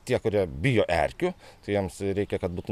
tie kurie bijo erkių tai jiems reikia kad būtų